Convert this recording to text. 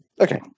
Okay